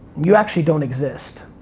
you actually don't exist.